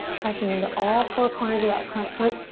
pressing into all four corners of that front foot.